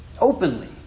openly